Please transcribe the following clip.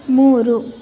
ಮೂರು